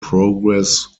progress